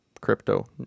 crypto